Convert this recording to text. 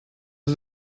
ist